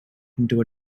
into